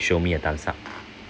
show me a thumbs up